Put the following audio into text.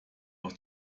aus